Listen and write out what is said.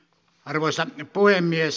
arvoisa puhemies